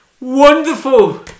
Wonderful